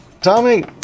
Tommy